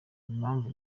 impamvu